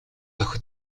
охид